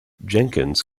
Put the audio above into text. jenkins